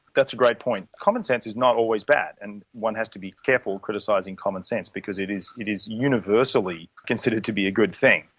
that's a great point. common sense is not always bad, and one has to be careful criticising common sense because it is it is universally considered to be a good thing.